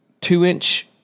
two-inch –